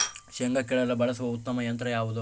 ಶೇಂಗಾ ಕೇಳಲು ಬಳಸುವ ಉತ್ತಮ ಯಂತ್ರ ಯಾವುದು?